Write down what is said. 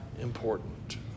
important